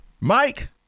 Mike –